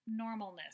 normalness